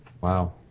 Wow